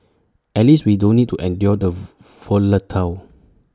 at least we don't need to endure the